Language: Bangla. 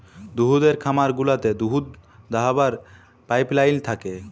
দুহুদের খামার গুলাতে দুহুদ দহাবার পাইপলাইল থ্যাকে